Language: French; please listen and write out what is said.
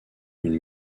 une